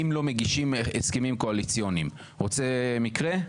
אם לא מגישים הסכמים קואליציוניים רוצה מקרה?